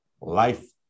life